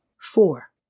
Four